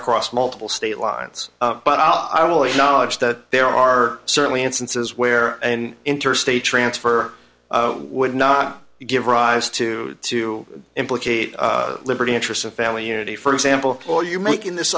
across multiple state lines but i'll only knowledge that there are certainly instances where an interstate transfer would not give rise to to implicate liberty interests of family unity for example or you making this